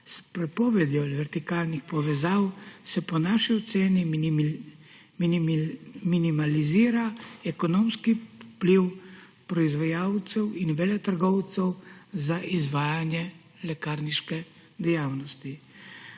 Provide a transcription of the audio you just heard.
S prepovedjo vertikalnih povezav se po naši oceni minimalizira ekonomski vpliv proizvajalcev in veletrgovcev za izvajanje lekarniške dejavnosti.